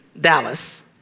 Dallas